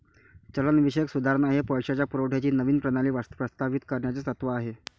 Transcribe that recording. चलनविषयक सुधारणा हे पैशाच्या पुरवठ्याची नवीन प्रणाली प्रस्तावित करण्याचे तत्त्व आहे